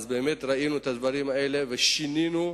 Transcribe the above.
ראינו את הדברים האלה ושינינו,